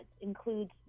includes